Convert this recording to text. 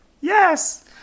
Yes